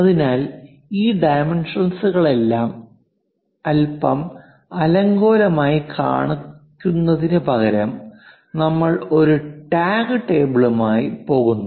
അതിനാൽ ഈ ഡൈമെൻഷൻസ്കളെല്ലാം അല്പം അലങ്കോലമായി കാണിക്കുന്നതിനുപകരം നമ്മൾ ഒരു ടാഗ് ടേബിളുമായി പോകുന്നു